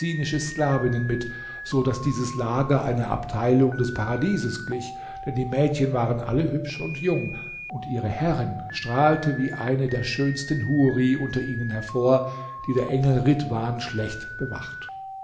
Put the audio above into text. sklavinnen mit so daß dieses lager einer abteilung des paradieses glich denn die mädchen waren alle hübsch und jung und ihre herrin strahlte wie eine der schönsten huri unter ihnen hervor die der engel ridhwan schlecht bewacht